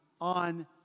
on